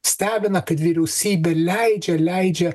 stebina kad vyriausybė leidžia leidžia